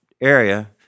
area